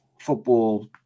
football